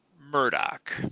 Murdoch